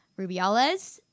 Rubiales